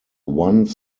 one